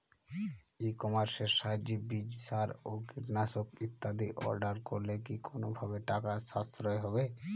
ই কমার্সের সাহায্যে বীজ সার ও কীটনাশক ইত্যাদি অর্ডার করলে কি কোনোভাবে টাকার সাশ্রয় হবে?